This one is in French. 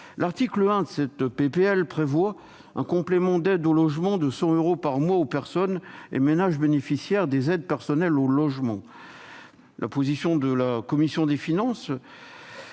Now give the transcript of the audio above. L'article 1 de proposition de loi prévoit un complément d'aide au logement de 100 euros par mois aux personnes et ménages bénéficiaires des aides personnelles au logement. La commission des finances